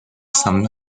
some